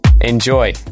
Enjoy